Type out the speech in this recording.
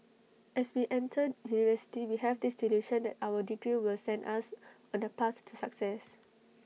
as we enter university we have this delusion that our degree will send us on A path to success